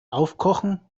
aufkochen